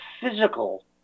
physical